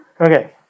Okay